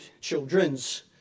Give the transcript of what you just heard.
children's